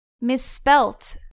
misspelt